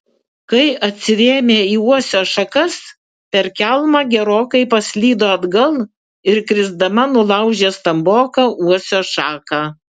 kai atsirėmė į uosio šakas per kelmą gerokai paslydo atgal ir krisdama nulaužė stamboką uosio šaką